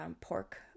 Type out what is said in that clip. pork